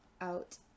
out